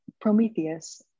prometheus